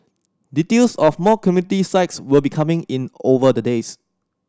details of more community sites will be coming in over the days